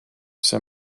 see